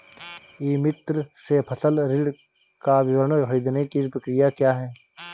ई मित्र से फसल ऋण का विवरण ख़रीदने की प्रक्रिया क्या है?